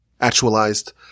actualized